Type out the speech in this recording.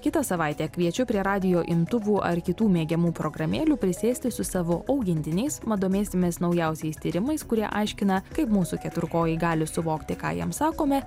kitą savaitę kviečiu prie radijo imtuvų ar kitų mėgiamų programėlių prisėsti su savo augintiniais mat domėsimės naujausiais tyrimais kurie aiškina kaip mūsų keturkojai gali suvokti ką jam sakome